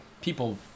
People